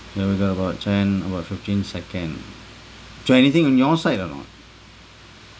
ya we got about ten about fifteen second so anything in your side or not